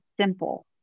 simple